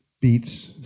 beats